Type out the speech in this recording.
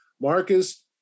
Marcus